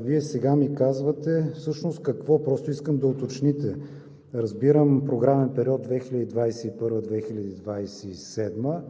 Вие сега ми казвате всъщност какво? Просто искам да уточните. Разбирам, Програмен период 2021 – 2027